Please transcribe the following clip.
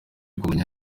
kumenya